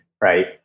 right